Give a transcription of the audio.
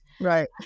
right